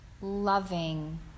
loving